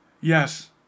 Yes